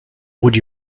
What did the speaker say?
would